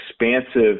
expansive